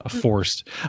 forced